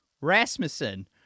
Rasmussen